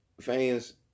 fans